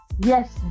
Yes